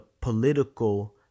political